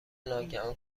ناگهان